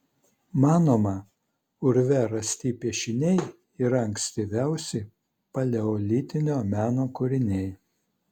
manoma urve rasti piešiniai yra ankstyviausi paleolitinio meno kūriniai